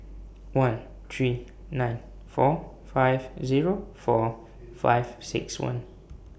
one three nine four five Zero four five six one